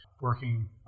working